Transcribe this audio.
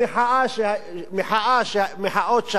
מחאות שהיו בחיפה